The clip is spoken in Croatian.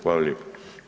Hvala lijepa.